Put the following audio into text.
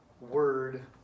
word